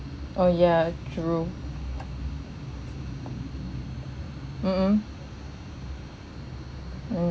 oh ya true mm mm